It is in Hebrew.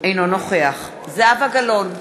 אינו נוכח זהבה גלאון,